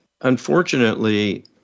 unfortunately